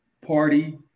party